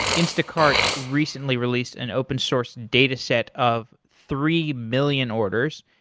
instacart recently released an open-source dataset of three million orders.